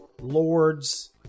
Lord's